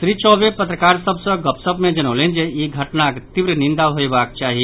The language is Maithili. श्री चौबे पत्रकार सभ सॅ गपशप मे जनौलनि जे ई घटनाक तीव्र निंदा होयबाक चाही